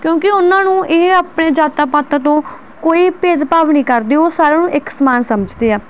ਕਿਉਂਕਿ ਉਹਨਾਂ ਨੂੰ ਇਹ ਆਪਣੇ ਜਾਤਾਂ ਪਾਤਾਂ ਤੋਂ ਕੋਈ ਭੇਦਭਾਵ ਨਹੀਂ ਕਰਦੇ ਉਹ ਸਾਰਿਆਂ ਨੂੰ ਇੱਕ ਸਮਾਨ ਸਮਝਦੇ ਆ